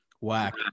Whack